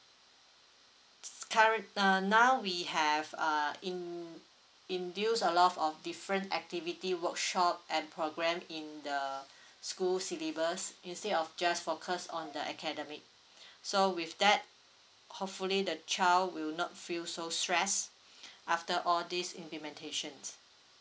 s~ curre~ uh now we have err in~ induce a lot of different activity workshop and programme in the school syllabus instead of just focus on the academic so with that hopefully the child will not feel so stress after all these implementations